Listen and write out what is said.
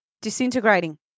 disintegrating